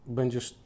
będziesz